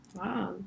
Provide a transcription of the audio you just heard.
Wow